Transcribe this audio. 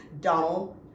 Donald